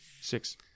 Six